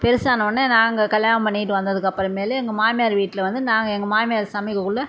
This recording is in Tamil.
பெருசானோன நாங்கள் கல்யாணம் பண்ணிக்கிட்டு வந்ததுக்கப்புறமேலு எங்கள் மாமியார் வீட்டில் வந்து நாங்கள் எங்கள் மாமியார் சமைக்கக்குள்ள